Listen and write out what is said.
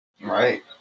Right